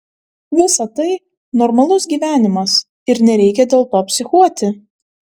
visa tai normalus gyvenimas ir nereikia dėl to psichuoti